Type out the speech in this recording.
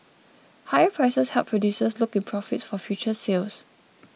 higher prices help producers lock in profits for future sales